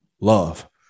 love